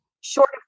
short